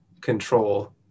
control